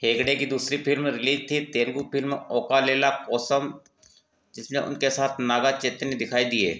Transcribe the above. हेगड़े की दूसरी film release थी तेलुगु फिल्म ओका लैला कोसम जिसमें उनके साथ नागा चैतन्य दिखाई दिए